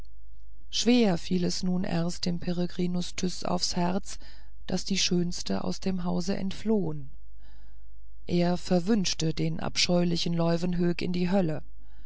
schwer fiel es nun erst dem herrn peregrinus tyß aufs herz daß die schönste aus dem hause entflohen er verwünschte den abscheulichen leuwenhoek in die hölle